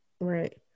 right